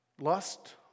Lust